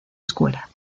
escuela